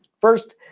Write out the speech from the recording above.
First